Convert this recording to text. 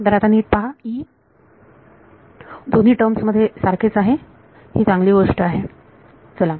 तर आता नीट पहा E दोन्ही टर्म मध्ये सारखेच आहे ही चांगली गोष्ट आहे चला